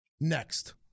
next